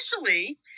initially